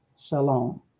shalom